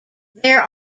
there